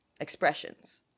expressions